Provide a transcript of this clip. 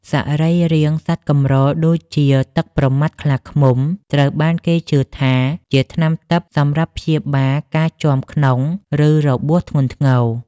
សរីរាង្គសត្វកម្រ ដូចជាទឹកប្រមាត់ខ្លាឃ្មុំ ត្រូវបានគេជឿថាជាថ្នាំទិព្វសម្រាប់ព្យាបាលការជាំក្នុង ឬរបួសធ្ងន់ធ្ងរ។